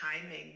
timing